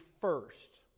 first